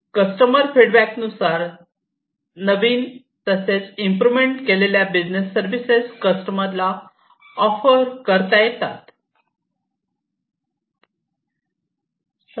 customer feedback नुसार नवीन तसेच इम्प्रोवमेंट केलेल्या बिझनेस सर्विसेस कस्टमरला ऑफर करता येतात